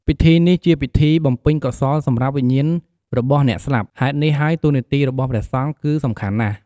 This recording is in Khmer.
ពិធីនេះ ជាពិធីបំពេញកុសលសម្រាប់វិញ្ញាណរបស់អ្នកស្លាប់ ហេតុនេះហើយតួនាទីរបស់ព្រះសង្ឃគឺសំខាន់ណាស់។